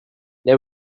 they